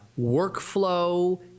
workflow